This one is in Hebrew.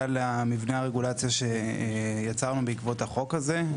למבנה הרגולציה שיצרנו בעקבות החוק הזה.